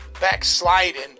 backsliding